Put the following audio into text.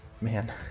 Man